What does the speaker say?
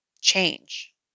change